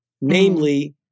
Namely